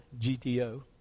GTO